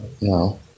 No